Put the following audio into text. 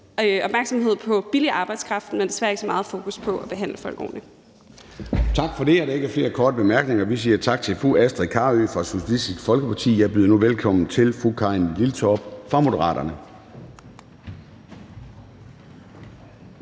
opmærksomhed på billig arbejdskraft, men desværre ikke så meget fokus på at behandle folk ordentligt.